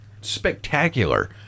spectacular